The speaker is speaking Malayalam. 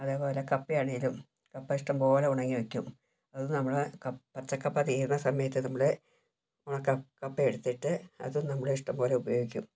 അതേപോലെ കപ്പയാണേലും കപ്പ ഇഷ്ടം പോലെ ഉണക്കി വെക്കും അത് നമ്മൾ പച്ച കപ്പ തീരണ സമയത്ത് നമ്മൾ ആ ഉണക്ക കപ്പ എടുത്തിട്ട് അത് നമ്മൾ ഇഷ്ട്ടം പോലെ ഉപയോഗിക്കും